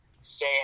say